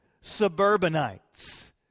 suburbanites